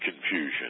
confusion